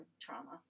trauma